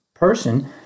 Person